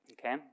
okay